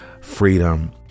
freedom